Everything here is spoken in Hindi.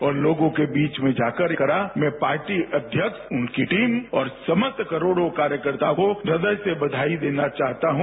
और लोगों के बीच में जाकरयह करा मैं पार्टी अध्यक्ष उनकी टीम और समस्त करोड़ों कार्यकर्ताओं को ह्रदय सेबधाई देना चाहता हूं